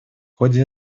ходе